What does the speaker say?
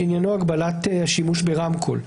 שעניינו הגבלת השימוש ברמקול.